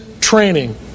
training